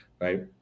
Right